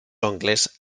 oncles